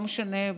לא משנה,